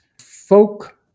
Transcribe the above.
folk